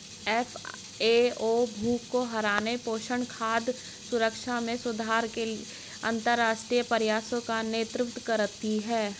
FAO भूख को हराने, पोषण, खाद्य सुरक्षा में सुधार के अंतरराष्ट्रीय प्रयासों का नेतृत्व करती है